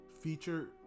feature